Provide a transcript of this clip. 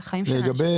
זה חיים של אנשים.